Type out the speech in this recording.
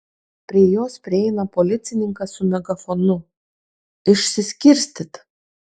prie jos prieina policininkas su megafonu išsiskirstyt